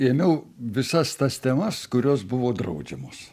ėmiau visas tas temas kurios buvo draudžiamos